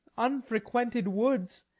unfrequented woods,